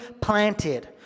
planted